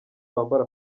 wambara